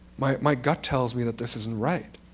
my my gut tells me that this isn't right.